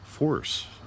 force